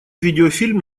видеофильм